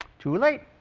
too late